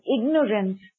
ignorance